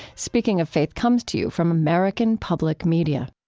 speaking of faith comes to you from american public media